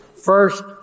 first